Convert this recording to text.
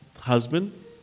husband